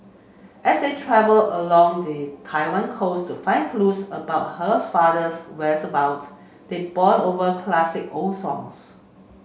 as they travel along the Taiwan coast to find clues about hers father's whereabouts they bond over classic old songs